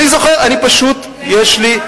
אני זוכר, פשוט יש לי,